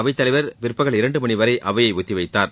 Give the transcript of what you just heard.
அவைத் தலைவர் பிற்பகல் இரண்டு மணி வரை அவையை ஒத்தி வைத்தார்